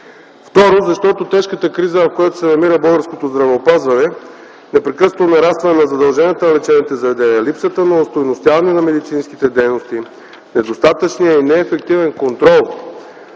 Второ, защото тежката криза, в която се намира българското здравеопазване - непрекъснато нарастване на задълженията на лечебните заведения, липсата на остойностяване на медицинските дейности, недостатъчния и неефективен контрол